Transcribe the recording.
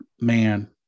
man